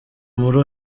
muri